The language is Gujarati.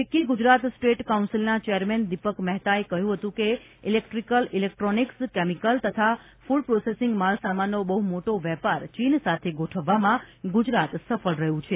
ફીક્કી ગુજરાત સ્ટેટ કાઉન્સીલના ચેરમેન દિપક મહેતાએ કહ્યું હતું કે ઇલેક્ટ્રીકલ ઇલેકટ્રોનિક્સ કેમિકલ તથા ફુડ પ્રોસેસિંગ માલસામાનનો બહુ મોટો વેપાર ચીન સાથે ગોઠવવામાં ગુજરાત સફળ રહ્યું છે